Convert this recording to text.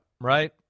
right